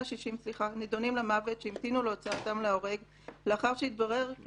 נידונים למוות שהמתינו להוצאתם להורג לאחר שהתברר כי